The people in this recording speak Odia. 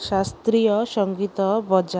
ଶାସ୍ତ୍ରୀୟ ସଙ୍ଗୀତ ବଜା